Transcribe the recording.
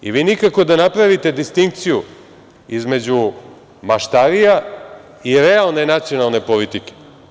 I vi nikako da napravite distinkciju između maštarija i realne nacionalne politike.